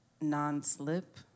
non-slip